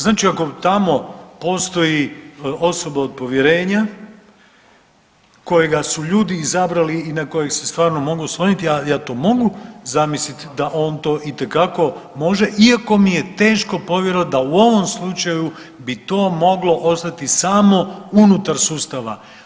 Znači ako tamo postoji osoba od povjerenja kojega su ljudi izabrali i na kojega se stvarno mogu osloniti, a ja to mogu zamislit da on to itekako može iako mi je teško povjerovat da u ovom slučaju bi to moglo ostati samo unutar sustava.